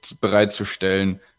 bereitzustellen